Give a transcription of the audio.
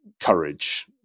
courage